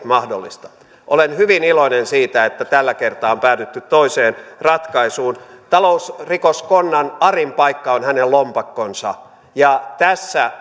mahdollista olen hyvin iloinen siitä että tällä kertaa on päädytty toiseen ratkaisuun talousrikoskonnan arin paikka on hänen lompakkonsa ja tässä